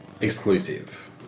Exclusive